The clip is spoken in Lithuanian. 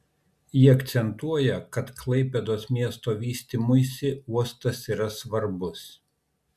ji akcentuoja kad klaipėdos miesto vystymui uostas yra svarbus